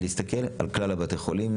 כמו כן, להסתכל בצורה אחידה על כלל בתי החולים.